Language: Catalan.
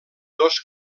dos